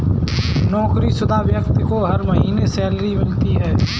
नौकरीशुदा व्यक्ति को हर महीने सैलरी मिलती है